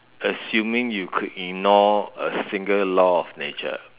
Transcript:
assuming you could ignore a single law of nature